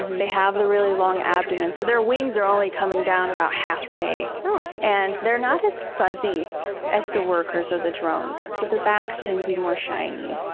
they have the really long abdomen, so their wings are only coming down about halfway and they're not as fuzzy as the workers or the drones. so their backs tend to be more shiny.